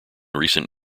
recent